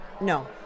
No